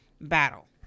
battle